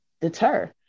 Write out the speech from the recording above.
deter